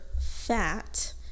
fat